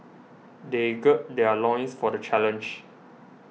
they gird their loins for the challenge